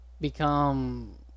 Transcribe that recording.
become